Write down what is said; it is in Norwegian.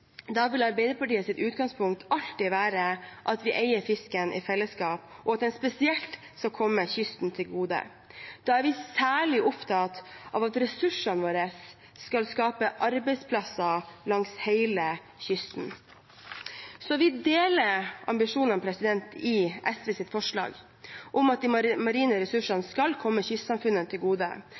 utgangspunkt alltid være at vi eier fisken i fellesskap, og at den spesielt skal komme kysten til gode. Vi er særlig opptatt av at ressursene våre skal skape arbeidsplasser langs hele kysten. Vi deler ambisjonene i SVs forslag om at de marine ressursene skal komme kystsamfunnet til gode,